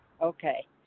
Okay